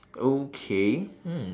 okay hmm